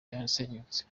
yasenyutse